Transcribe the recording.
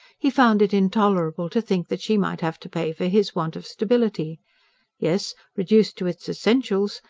he found it intolerable to think that she might have to pay for his want of stability yes, reduced to its essentials,